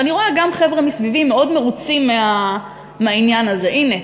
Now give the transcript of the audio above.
ואני רואה גם חבר'ה מסביבי מאוד מרוצים מהעניין הזה: הנה,